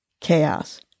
chaos